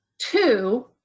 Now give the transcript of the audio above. Two